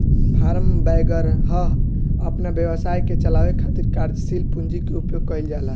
form वैगरह अपना व्यवसाय के चलावे खातिर कार्यशील पूंजी के उपयोग कईल जाला